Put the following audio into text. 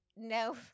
No